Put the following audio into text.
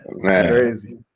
Crazy